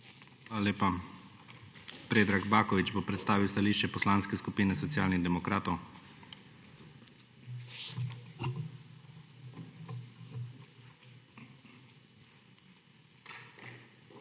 Hvala lepa. Predrag Baković bo predstavil stališče Poslanske skupine Socialnih demokratov. PREDRAG